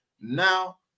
now